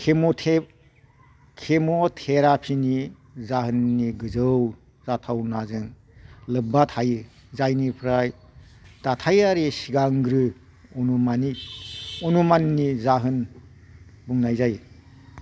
केम' tape केम' टेरापिनि जाहोननि गोजौ जाथावनाजों लोब्बा थायो जायनिफ्राय दाथायारि सिगांग्रो अनुमानि अनुमाननि जाहोन बुंनाय जायो